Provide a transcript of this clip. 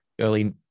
early